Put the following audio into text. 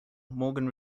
morgan